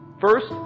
First